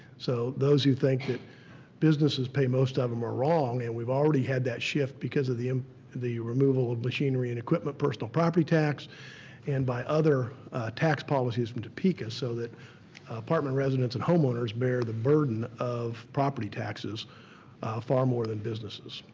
so those who think that businesses pay most of them are wrong and we've already had that shift because of the um the removal of machinery and equipment personal property tax and by other tax policies from topeka so that apartment residents and homeowners bear the burden of property taxes far more than businesses.